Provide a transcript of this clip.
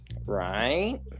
Right